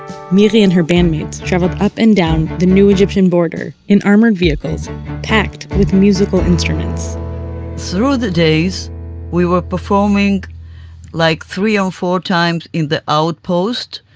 miri and her bandmates traveled up and down the new egyptian border in armored vehicles packed with musical instruments through the days we were performing like three and four times in the outpost,